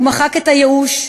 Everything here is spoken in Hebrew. הוא מחק את הייאוש,